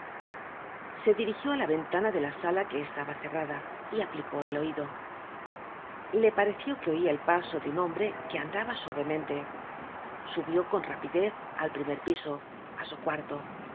se dirigió á la ventana de la sala que estaba cerrada y aplicó el oido le pareció que oia el paso de un hombre que andaba suavemente subió con rapidez al primer piso á su cuarto